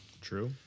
True